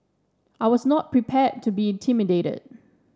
I was not prepared to be intimidated